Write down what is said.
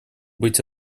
быть